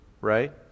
right